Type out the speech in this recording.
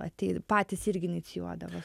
atseit patys irgi inicijuodavo